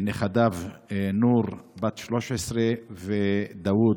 נכדיו נור, בת 13, ודאוד,